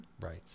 Right